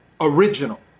original